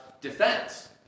defense